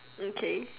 okay